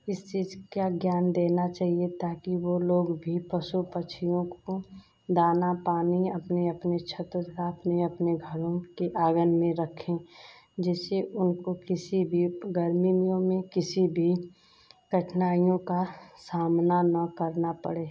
इस चीज़ का ज्ञान देना चाहिए ताकि वो लोग भी पशु पक्षियों को दाना पानी अपने अपने छतों तथा अपने अपने घरों के आँगन में रखें जिससे उनको किसी भी गर्मियों में किसी भी कठिनाइयों का सामना ना करना पड़े